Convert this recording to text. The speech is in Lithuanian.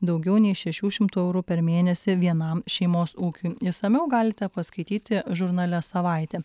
daugiau nei šešių šimtų eurų per mėnesį vienam šeimos ūkiui išsamiau galite paskaityti žurnale savaitė